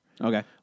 Okay